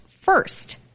first